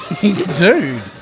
Dude